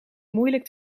moeilijk